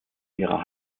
ihrer